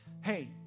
hey